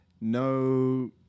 no